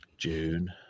june